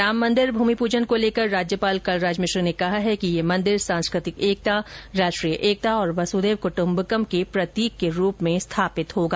राम मंदिर भूमि पूजन को लेकर राज्यपाल कलराज मिश्र ने कहा है कि यह मंदिर सांस्कृतिक एकता राष्ट्रीय एकता और वसुधैव कुट्म्बकम के प्रतीक के रूप में स्थापित होगा